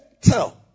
tell